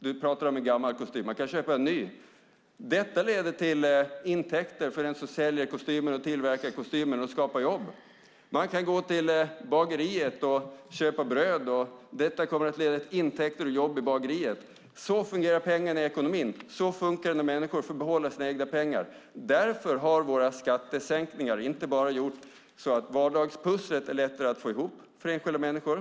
Du talar om en gammal kostym. Man kan köpa en ny. Detta leder till intäkter för den som säljer kostymen och tillverkar kostymen. Man kan gå till bageriet och köpa bröd. Detta kommer att leda till intäkter och jobb i bageriet. Så fungerar pengarna i ekonomin. Så fungerar det när människor får behålla sina egna pengar. Därför har våra skattesänkningar inte bara gjort så att vardagspusslet är lättare att få ihop för enskilda människor.